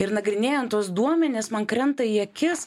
ir nagrinėjant tuos duomenis man krenta į akis